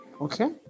Okay